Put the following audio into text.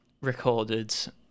recorded